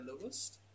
lowest